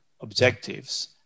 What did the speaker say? objectives